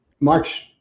March